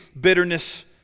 bitterness